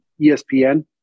ESPN